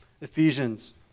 Ephesians